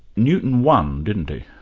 newton won, didn't he?